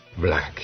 Black